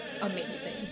amazing